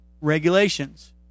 regulations